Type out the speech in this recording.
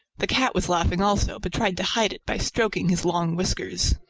the cat was laughing also, but tried to hide it by stroking his long whiskers.